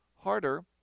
harder